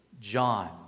John